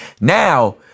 Now